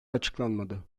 açıklanmadı